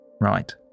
Right